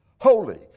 holy